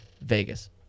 Vegas